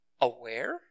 aware